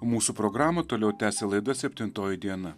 mūsų programą toliau tęsia laida septintoji diena